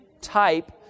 type